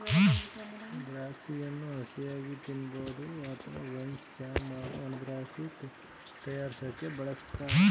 ದ್ರಾಕ್ಷಿಯನ್ನು ಹಸಿಯಾಗಿ ತಿನ್ಬೋದು ಅತ್ವ ವೈನ್ ಜ್ಯಾಮ್ ಹಾಗೂ ಒಣದ್ರಾಕ್ಷಿ ತಯಾರ್ರ್ಸೋಕೆ ಬಳುಸ್ತಾರೆ